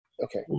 Okay